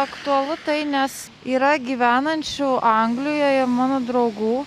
aktualu tai nes yra gyvenančių anglijoje mano draugų